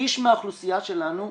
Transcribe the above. שליש מהאוכלוסייה שלנו,